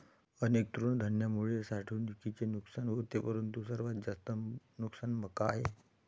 अनेक तृणधान्यांमुळे साठवणुकीचे नुकसान होते परंतु सर्वात जास्त नुकसान मका आहे